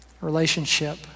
relationship